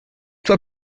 toi